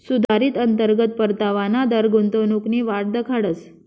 सुधारित अंतर्गत परतावाना दर गुंतवणूकनी वाट दखाडस